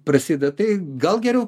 prasideda tai gal geriau